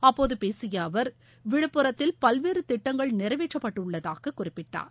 அப்போது பேசிய அவர் விழுப்புரத்தில் பல்வேறு திட்டங்கள் நிறைவேற்றப்பட்டுள்ளதாக குறிப்பிட்டார்